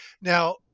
Now